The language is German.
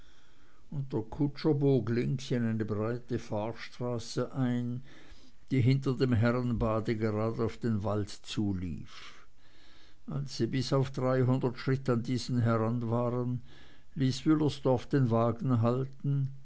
und der kutscher bog links in eine breite fahrstraße ein die hinter dem herrenbade grade auf den wald zulief als sie bis auf dreihundert schritt an diesen heran waren ließ wüllersdorf den wagen halten